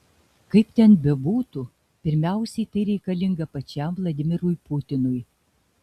kaip ten bebūtų pirmiausiai tai reikalinga pačiam vladimirui putinui